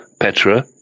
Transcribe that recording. Petra